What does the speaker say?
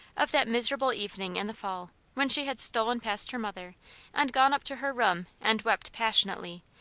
of that miserable evening in the fall when she had stolen past her mother and gone up to her room and wept passionately,